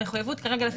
המחויבות כרגע,